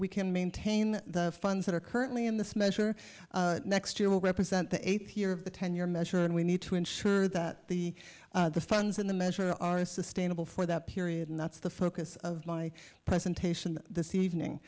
we can maintain the funds that are currently in this measure next year will represent the eighth year of the ten year measure and we need to ensure that the funds in the measure are sustainable for that period and that's the focus of my presentation this evening